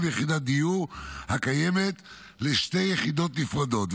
יחידת הדיור הקיימת לשתי יחידות נפרדות,